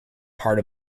part